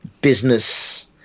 business